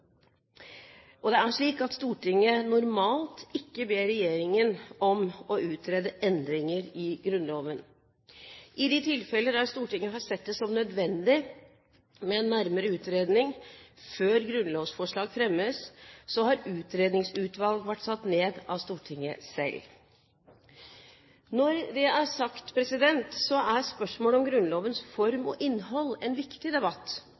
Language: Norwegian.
Grunnloven. Det er slik at Stortinget normalt ikke ber regjeringen om å utrede endringer i Grunnloven. I de tilfeller der Stortinget har sett det som nødvendig med en nærmere utredning før grunnlovsforslag fremmes, har utredningsutvalg vært satt ned av Stortinget selv. Når det er sagt, er spørsmålet om Grunnlovens form og innhold en viktig debatt,